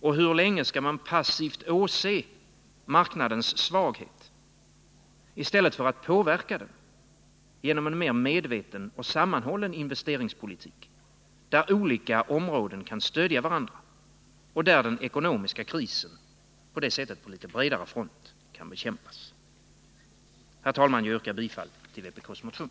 Och hur länge skall man passivt åse marknadens svaghet i stället för att påverka den genom en mer medveten och sammanhållen investeringspolitik, där olika områden kan stödja varandra och där den ekonomiska krisen — på det sättet på litet bredare front — kan bekämpas? Herr talman! Jag yrkar bifall till vpk:s motion.